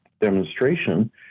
demonstration